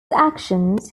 actions